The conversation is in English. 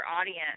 audience